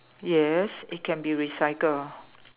yes it can be recycled